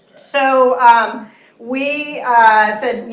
so um we said,